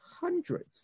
hundreds